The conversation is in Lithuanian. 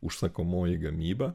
užsakomoji gamyba